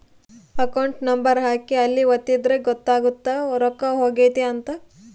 account number ಹಾಕಿ ಅಲ್ಲಿ ಒತ್ತಿದ್ರೆ ಗೊತ್ತಾಗುತ್ತ ರೊಕ್ಕ ಹೊಗೈತ ಅಂತ